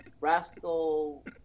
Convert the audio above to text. Rascal